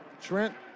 Trent